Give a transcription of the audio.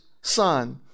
son